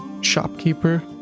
shopkeeper